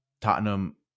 Tottenham